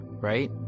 right